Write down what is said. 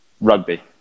Rugby